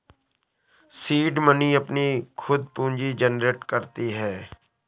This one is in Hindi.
सीड मनी अपनी खुद पूंजी जनरेट करती है